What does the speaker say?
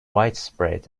widespread